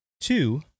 two